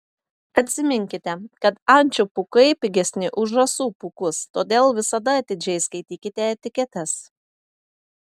atsiminkite kad ančių pūkai pigesni už žąsų pūkus todėl visada atidžiai skaitykite etiketes